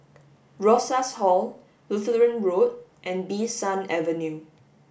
Rosas Hall Lutheran Road and Bee San Avenue